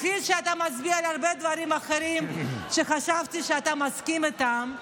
כפי שאתה מצביע על הרבה דברים אחרים שחשבתי שאתה מסכים איתם,